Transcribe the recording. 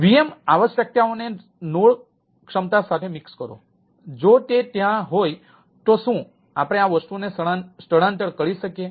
VM આવશ્યકતાઓને node ક્ષમતા સાથે મિક્સ કરો જો તે ત્યાં હોય તો શું આપણે આ વસ્તુને સ્થળાંતર કરી શકીએ